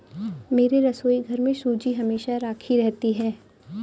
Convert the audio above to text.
मेरे रसोईघर में सूजी हमेशा राखी रहती है